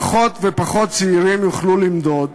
פחות ופחות צעירים יוכלו ללמוד,